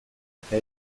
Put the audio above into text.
eta